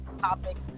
topics